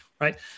Right